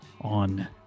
on